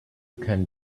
can